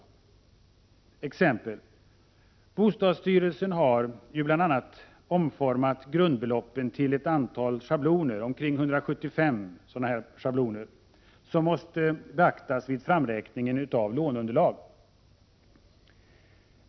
Jag vill ge ett exempel: Bostadsstyrelsen har bl.a. omformat grundbeloppen till ett antal schabloner, omkring 175 olika sådana, som måste beaktas vid framräkningen av låneunderlaget i dag.